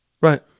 Right